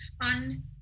on